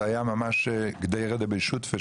זה היה ממש קדרא דבי שותפי,